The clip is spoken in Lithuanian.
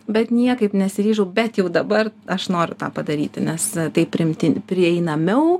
bet niekaip nesiryžau bet jau dabar aš noriu tą padaryti nes tai priimtini prieinamiau